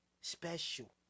special